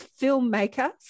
filmmaker